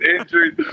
injuries